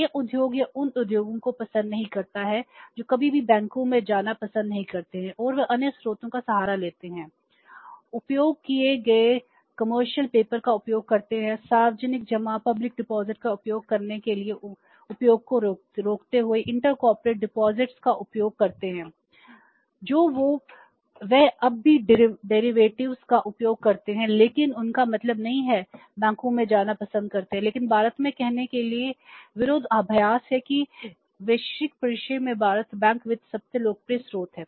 यह उद्योग उन उद्योगों को पसंद नहीं करता है जो कभी भी बैंकों में जाना पसंद नहीं करते हैं और वे अन्य स्रोतों का सहारा लेते हैं उपयोग किए गए कमर्शियल पेपर का उपयोग करते हैं लेकिन उनका मतलब नहीं है बैंकों में जाना पसंद करते हैं लेकिन भारत में कहने के लिए विरोधाभास है कि वैश्विक परिदृश्य में भारत बैंक वित्त सबसे लोकप्रिय स्रोत है